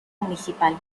municipal